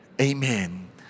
Amen